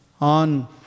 On